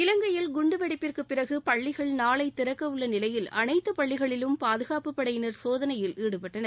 இலங்கையில் குண்டுவெடிப்பிற்குப் பிறகு பள்ளிகள் நாளை திறக்க உள்ள நிலையில் அனைத்து பள்ளிகளிலும் பாதுகாப்புப் படையினர் சோதனையில் ஈடுபட்டனர்